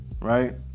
Right